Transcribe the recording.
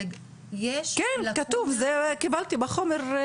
כן כתוב, קיבלתי בחומר.